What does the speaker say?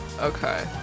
Okay